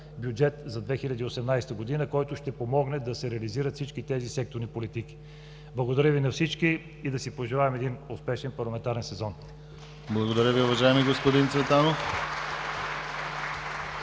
бюджет за 2018 г., който ще помогне да се реализират всички тези секторни политики. Благодаря Ви на всички и да си пожелаем един успешен парламентарен сезон! ПРЕДСЕДАТЕЛ ДИМИТЪР ГЛАВЧЕВ: Благодаря Ви, уважаеми господин Цветанов.